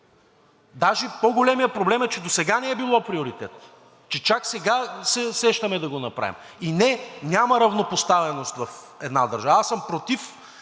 Даже по-големият проблем е, че досега не е било приоритет, че чак сега се сещаме да го направим и, не, няма равнопоставеност в една държава. Аз съм против